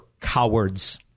cowards